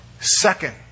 Second